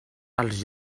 als